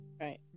Right